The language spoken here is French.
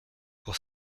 pour